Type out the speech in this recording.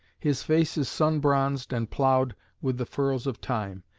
his face is sun-bronzed and ploughed with the furrows of time,